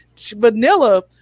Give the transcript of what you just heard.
Vanilla